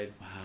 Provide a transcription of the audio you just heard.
Wow